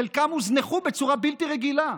חלקן הוזנחו בצורה בלתי רגילה.